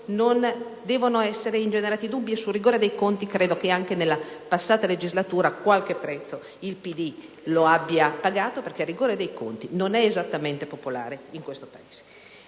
non devono essere ingenerati dubbi. Sul rigore dei conti nella passata legislatura qualche prezzo il PD lo ha pagato perché il rigore dei conti non è esattamente popolare in questo Paese.